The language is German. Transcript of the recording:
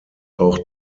auch